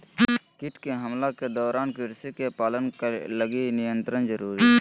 कीट के हमला के दौरान कृषि के पालन करे लगी नियंत्रण जरुरी हइ